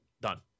Done